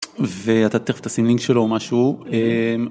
ואתה תכף תשים לינק שלו או משהו.